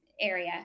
area